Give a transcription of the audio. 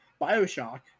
Bioshock